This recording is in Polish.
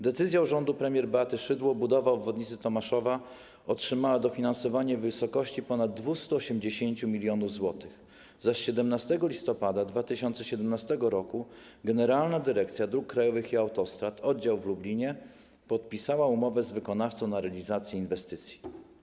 Decyzją rządu premier Beaty Szydło budowa obwodnicy Tomaszowa otrzymała dofinansowanie w wysokości ponad 280 mln zł, zaś 17 listopada 2017 r. Generalna Dyrekcja Dróg Krajowych i Autostrad Oddział w Lublinie podpisała umowę z wykonawcą na realizację inwestycji.